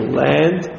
land